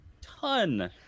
ton